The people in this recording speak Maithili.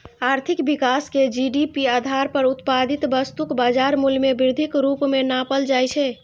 आर्थिक विकास कें जी.डी.पी आधार पर उत्पादित वस्तुक बाजार मूल्य मे वृद्धिक रूप मे नापल जाइ छै